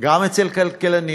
גם אצל כלכלנים,